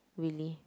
really